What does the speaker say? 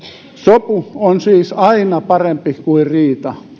sopu on siis aina parempi kuin riita